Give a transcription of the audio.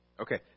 Okay